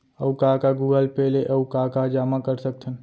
अऊ का का गूगल पे ले अऊ का का जामा कर सकथन?